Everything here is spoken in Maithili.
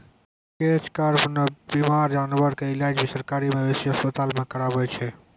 कैच कार्प नॅ बीमार जानवर के इलाज भी सरकारी मवेशी अस्पताल मॅ करावै छै